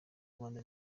rwanda